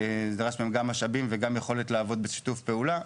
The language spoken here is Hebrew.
נדרשים מהם גם משאבים וגם יכולת לעבוד בשיתוף פעולה,